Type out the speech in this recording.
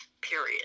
Period